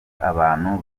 abantu